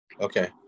Okay